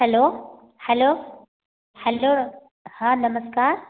hello hello hello हां नमस्कार